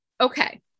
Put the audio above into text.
Okay